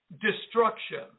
destruction